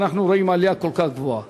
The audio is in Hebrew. שאנחנו רואים עלייה כל כך גבוהה.